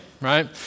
right